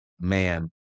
Man